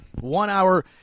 one-hour